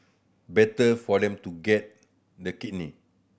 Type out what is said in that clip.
better for them to get the kidney